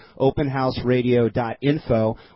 openhouseradio.info